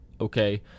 Okay